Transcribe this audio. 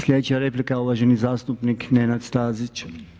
Sljedeća replika je uvaženi zastupnik Nenad Stazić.